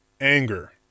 Anger